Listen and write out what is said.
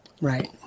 Right